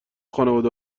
خانواده